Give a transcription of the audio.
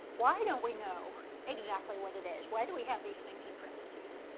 why don't we know exactly what it is? why do we have these things in parentheses?